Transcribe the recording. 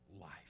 life